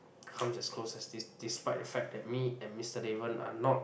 come as close as this despite the fact that me and Mister Daven are not